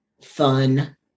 fun